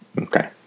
okay